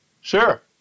Sure